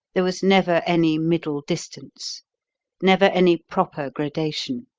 there was never any middle distance never any proper gradation.